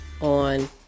on